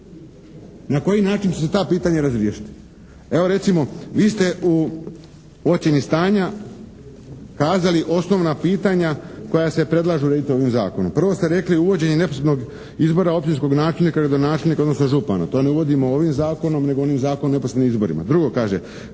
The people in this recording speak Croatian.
Na koji način će se ta pitanja razriješiti? Evo recimo, vi ste u ocjeni stanja kazali osnovna pitanja koja se predlažu urediti ovim zakonom. Prvo ste rekli uvođenje neposrednog izbora općinskog načelnika, gradonačelnika odnosno župana, to ne uvodimo ovim zakonom nego onim zakonom o neposrednim izborima. Drugo, kaže